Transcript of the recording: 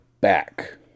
back